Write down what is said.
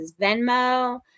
Venmo